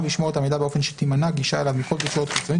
ישמור את המידע באופן שתימנע גישה אליו מכל תקשורת חיצונית